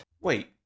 Wait